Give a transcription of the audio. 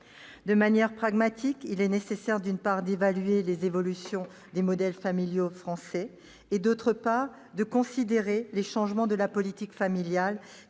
De manière pragmatique, il est nécessaire, d'une part, d'évaluer les évolutions des modèles familiaux français et, d'autre part, de considérer les changements de la politique familiale,